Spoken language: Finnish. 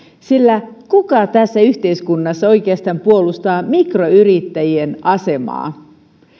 sillä kuka tässä yhteiskunnassa oikeastaan puolustaa mikroyrittäjien asemaa